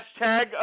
hashtag